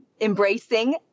embracing